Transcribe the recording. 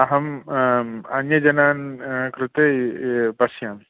अहम् अन्यजनान् कृते पश्यामि